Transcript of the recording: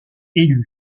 élus